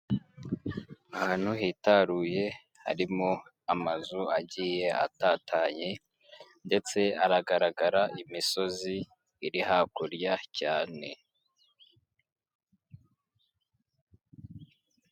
Ahantu hitaruye harimo amazu agiye atatanye ndetse haragaragara imisozi iri hakurya cyane.